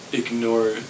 ignore